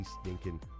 stinking